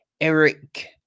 Eric